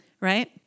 right